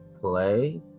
play